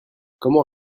comment